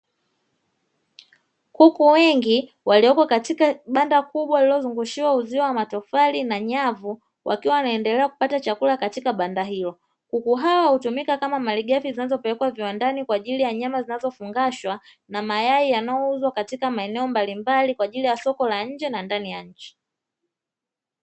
Kuku wengi walioko katika banda kubwa lililozungushiwa uzio wa matofali na nyavu wakiwa wanaendelea kupata chakula katika banda hilo. Kuku hao hutumika kama malighafi zinazopelekwa viwandani kwa ajili ya nyama zinazofungashwa na mayai yanayouzwa katika maeneo mbalimbali kwa ajili ya soko la nje na ndani ya nchi.